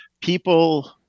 people